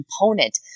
component